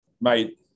Mate